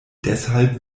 deshalb